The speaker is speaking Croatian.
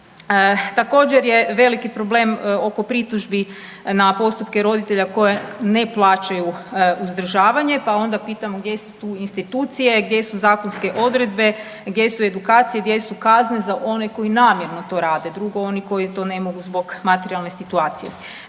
Također je veliki problem oko pritužbi na postupke roditelja koji ne plaćaju uzdržavanje, pa onda pitamo gdje su tu institucije, gdje su zakonske odredbe, gdje su edukacije, gdje su kazne za one koji namjerno to rade. Drugo oni koji to ne mogu zbog materijalne situacije.